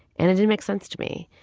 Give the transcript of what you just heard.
and it didn't make sense to me.